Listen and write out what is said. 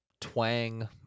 twang